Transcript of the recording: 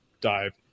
dive